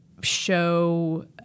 show